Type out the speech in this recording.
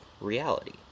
reality